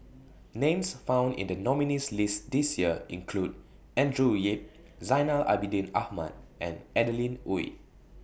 Names found in The nominees' list This Year include Andrew Yip Zainal Abidin Ahmad and Adeline Ooi